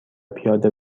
پیاده